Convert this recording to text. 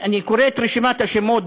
אני קורא את רשימת השמות,